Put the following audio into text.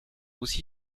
aussi